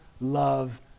love